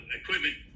equipment